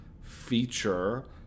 feature